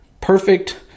perfect